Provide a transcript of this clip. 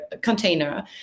container